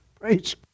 Praise